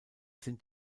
sind